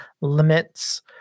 limits